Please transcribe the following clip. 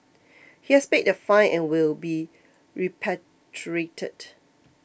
he has paid the fine and will be repatriated